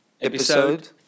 episode